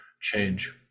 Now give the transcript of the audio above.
change